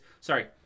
sorry